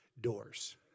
doors